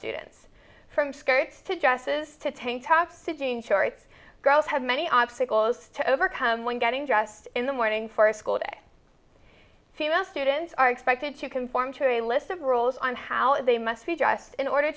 students from skirts to dresses to tank top sitting sure it's girls have many obstacles to overcome when getting dressed in the morning for a school day female students are expected to conform to a list of rules on how they must be dressed in order